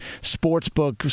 sportsbook